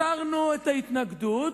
הסרנו את ההתנגדות.